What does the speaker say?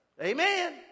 Amen